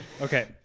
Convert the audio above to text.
Okay